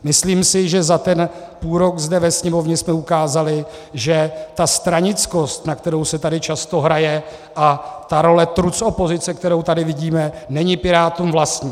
Myslím si, že za ten půlrok zde ve Sněmovně jsme ukázali, že ta stranickost, na kterou se tady často hraje, a ta role trucopozice, kterou tady vidíme, není Pirátům vlastní.